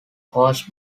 coast